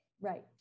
Right